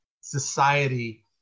society